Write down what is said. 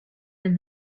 when